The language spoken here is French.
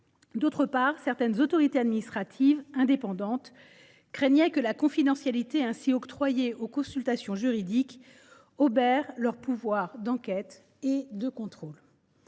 D’autre part, certaines autorités administratives indépendantes craignaient que la confidentialité ainsi octroyée aux consultations juridiques n’obère leurs pouvoirs d’enquête et de contrôle.